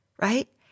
right